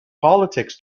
politics